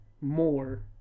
more